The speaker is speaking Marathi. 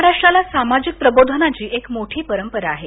महाराष्ट्राला सामाजिक प्रबोधनाची एक मोठी परंपरा आहे